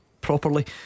properly